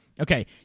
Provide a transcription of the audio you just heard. Okay